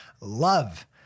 love